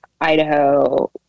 Idaho